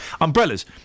umbrellas